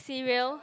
cereal